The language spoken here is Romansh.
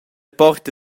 porta